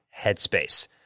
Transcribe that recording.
Headspace